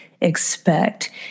expect